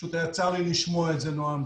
פשוט היה צר לי לשמוע את זה נועם,